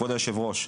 אדוני היושב-ראש,